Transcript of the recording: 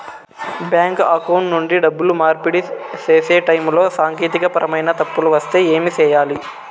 bank account నుండి డబ్బులు మార్పిడి సేసే టైములో సాంకేతికపరమైన తప్పులు వస్తే ఏమి సేయాలి